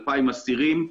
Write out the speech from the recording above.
2,000 אסירים,